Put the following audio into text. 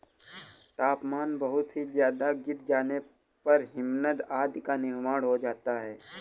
तापमान बहुत ही ज्यादा गिर जाने पर हिमनद आदि का निर्माण हो जाता है